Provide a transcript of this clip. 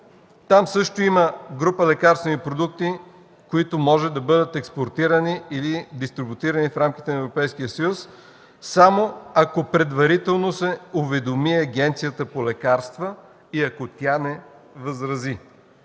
Там също има група лекарствени продукти, които могат да бъдат експортирани или дистрибутирани в рамките на Европейския съюз, само ако предварително се уведоми Агенцията по лекарства и ако тя не възрази.